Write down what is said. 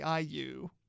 IU